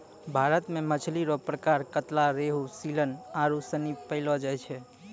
भारत मे मछली रो प्रकार कतला, रेहू, सीलन आरु सनी पैयलो जाय छै